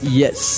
yes